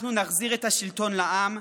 אנחנו נחזיר את השלטון לעם,